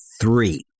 three